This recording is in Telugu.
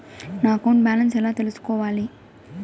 నా అకౌంట్ బ్యాలెన్స్ ఎలా తెల్సుకోవాలి